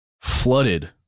flooded